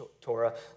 Torah